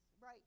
right